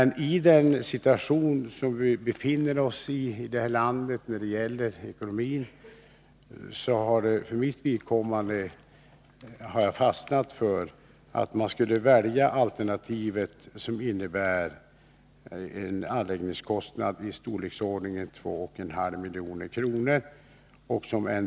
Eftersom vårt land befinner sig i en svår ekonomisk situation har jag för mitt vidkommande fastnat för att välja det alternativ som innebär en anläggningskostnad i storleksordningen 2,5 milj.kr.